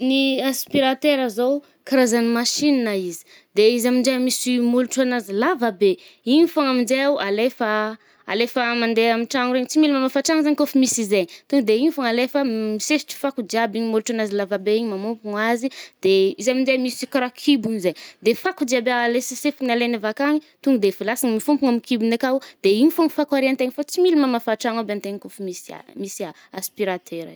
Ny aspirateur zao, karazan’ny machina izy. De izy aminje misy i môlotro anazy lava be. Igny fôgna aminjeo alefa, alefa mande amy tragno regny. Tsy mila mamafa tragno zaigny koà fa misy izay. To de igny fôgna alefa misesitry fako jiaby igny môlotro anazy lava be i mamôkogno azy. De izy aminje misy i ka raha kibony zayy, de fako jiaby le sesefigny alegny avàkagny, to defa lasagny mifônkogny an-kibony akào. De igny fô ny fako ariàn-tegna fô tsy mila mamafa tragno aby antegna kô fa misy misy a-asprateur igny.